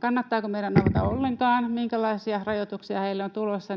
kannattaako meidän avata ollenkaan, minkälaisia rajoituksia on tulossa.